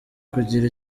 kugira